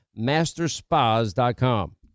masterspas.com